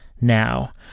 now